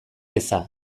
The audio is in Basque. eza